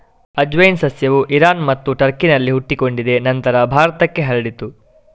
ಅಜ್ವೈನ್ ಸಸ್ಯವು ಇರಾನ್ ಮತ್ತು ಟರ್ಕಿನಲ್ಲಿ ಹುಟ್ಟಿಕೊಂಡಿದೆ ನಂತರ ಭಾರತಕ್ಕೆ ಹರಡಿತು